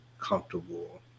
comfortable